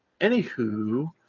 anywho